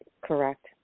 Correct